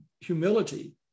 humility